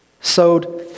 sowed